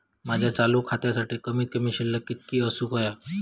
माझ्या चालू खात्यासाठी कमित कमी शिल्लक कितक्या असूक होया?